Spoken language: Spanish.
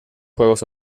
juegos